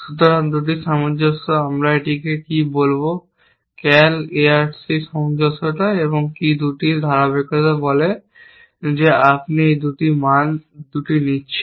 সুতরাং দুটি সামঞ্জস্য আমরা এটিকে কী দেখব ক্যাল এআরসি সামঞ্জস্যতা এবং কী দুটি ধারাবাহিকতা বলে যে আপনি একটি মান 2 নিচ্ছেন